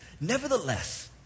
Nevertheless